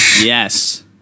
Yes